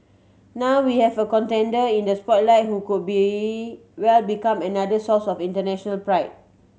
now we have a contender in the spotlight who could be well become another source of international pride